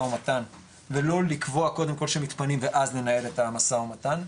ומתן ולא לקבוע קודם כל שמתפנים ואז לנהל את המשא ומתן,